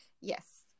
yes